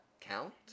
count